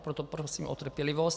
Proto prosím o trpělivost.